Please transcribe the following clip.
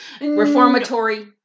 Reformatory